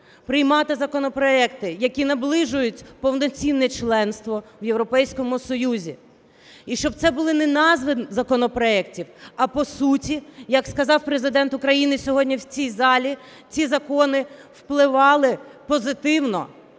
приймати законопроекти, які наближують повноцінне членство в Європейському Союзі. І щоб це були не назви законопроектів, а по суті, як сказав Президент України сьогодні в цій залі, ці закони впливали позитивно